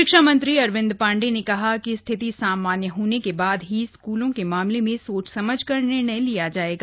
शिक्षा मंत्री अरविंद पांडेय ने कहा कि स्थिति सामान्य होने के बाद ही स्कूलों के मामले में सोच समझकर निर्णय लिया जाएगा